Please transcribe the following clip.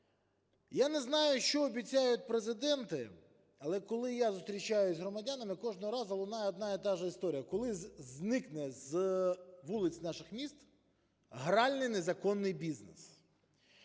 Я не знаю, що обіцяють президенти, але коли я зустрічаюся з громадянами, кожного разу лунає одна і та же історія – коли зникне з вулиць наших міст гральний незаконний бізнес?